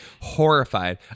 horrified